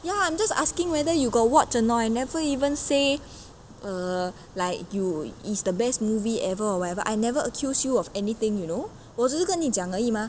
ya I'm just asking whether you got watch or not I never even say err like you is the best movie ever or whatever I never accuse you of anything you know 我只是跟你讲而已嘛